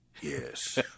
Yes